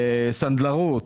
סנדלרות.